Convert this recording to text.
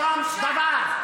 שום דבר.